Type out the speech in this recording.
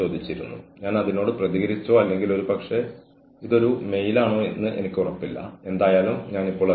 ഒരു പ്രശ്നമുണ്ടെന്ന് നിങ്ങൾ അംഗീകരിക്കുമ്പോൾ ആ വ്യക്തിക്ക് നിങ്ങളോട് അതിനെക്കുറിച്ച് സംസാരിക്കാൻ സുഖം തോന്നും